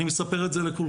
אני מספר את זה לכולכם.